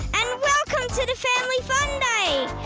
and welcome to the family fun day!